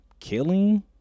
Killing